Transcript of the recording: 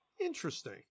Interesting